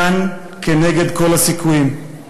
כאן כנגד כל הסיכויים.